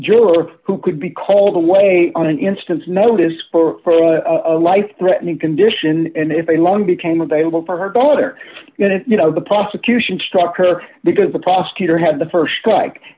juror who could be called away on an instant's notice for a life threatening condition and if a long became available for her daughter you know the prosecution struck her because the prosecutor had the st strike